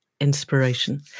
inspiration